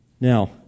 Now